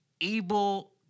able